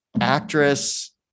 actress-